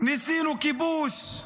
ניסינו כיבוש,